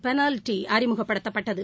penalty அறிமுகப்படுத்தப்பட்டது